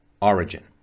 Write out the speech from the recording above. origin